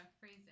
phrase